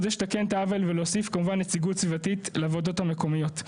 אז יש לתקן את העוול ולהוסיף כמובן נציגות סביבתית לוועדות המקומיות.